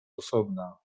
osobna